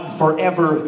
forever